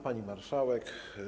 Pani Marszałek!